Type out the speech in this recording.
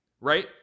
right